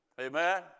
Amen